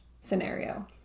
scenario